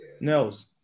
Nels